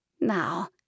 Now